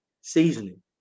Seasoning